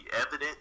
evident